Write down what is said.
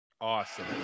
Awesome